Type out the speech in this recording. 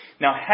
Now